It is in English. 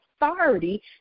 authority